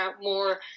more